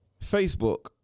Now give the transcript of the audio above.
Facebook